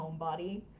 homebody